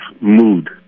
mood